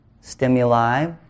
stimuli